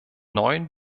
neuen